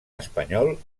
espanyol